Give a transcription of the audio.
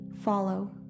follow